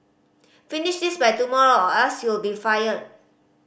finish this by tomorrow or else you'll be fired